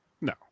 No